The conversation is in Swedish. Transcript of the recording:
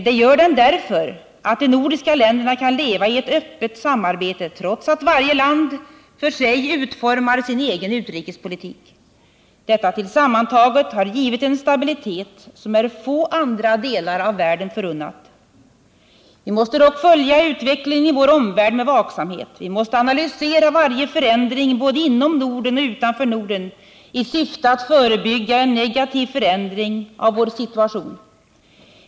Det gör den därför att de nordiska länderna kan leva i ett öppet samarbete, trots att varje land för sig utformar sin egen utrikespolitik. Detta tillsammantaget har givit en stabilitet som är få andra delar av världen förunnad. Vi måste dock följa utvecklingen i vår omvärld med vaksamhet. Vi måste analysera varje förändring både inom Norden och utanför Norden i syfte att förebygga en negativ förändring av vår situation.